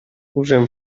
usen